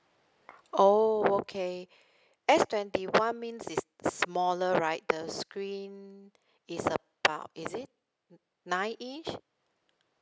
oh okay S twenty one means is the smaller right the screen is about is it nine inch